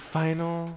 final